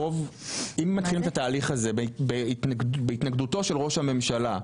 אם מתחילים את התהליך הזה בהתנגדותו של ראש הממשלה,